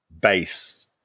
base